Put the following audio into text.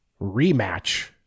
rematch